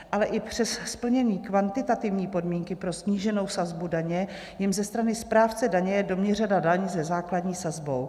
Ale i přes splnění kvantitativní podmínky pro sníženou sazbu daně jim ze strany správce daně je doměřena daň ze základní sazbou.